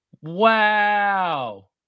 Wow